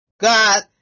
God